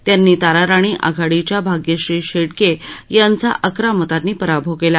त्यांनी ताराराणी आघाडीच्या भाग्यश्री शेटगे यांचा अकरा मतांनी पराभव केला